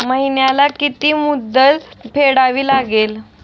महिन्याला किती मुद्दल फेडावी लागेल?